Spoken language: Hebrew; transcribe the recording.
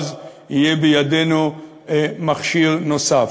ואז יהיה בידנו מכשיר נוסף.